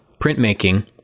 printmaking